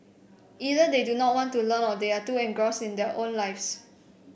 either they do not want to learn or they are too engrossed in their own lives